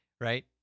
right